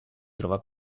trova